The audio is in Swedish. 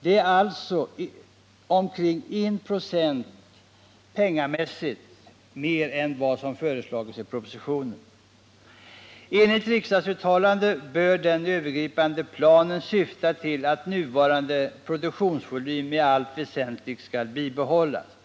Det är alltså omkring 1 96 mer än vad som föreslagits i propositionen. Enligt riksdagsuttalandet bör den övergripande planen syfta till att nuvarande produktionsvolym i allt väsentligt skall bibehållas.